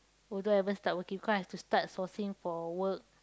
although I haven't started working cause I have to start sourcing for work